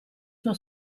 suo